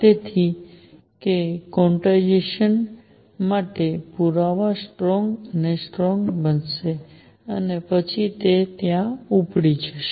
જેથી કે ક્વોન્ટાઇઝેશન માટે પુરાવા સ્ટ્રોંગ અને સ્ટ્રોંગ બને છે પછી ત્યાંથી ઉપડી જશે